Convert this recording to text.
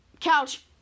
couch